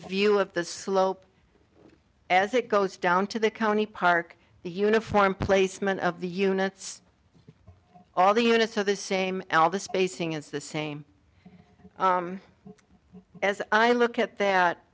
view of the slope as it goes down to the county park the uniform placement of the units all the units are the same all the spacing is the same as i look at that